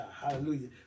Hallelujah